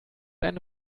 eine